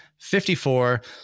54